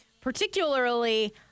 Particularly